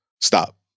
stop